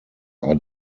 are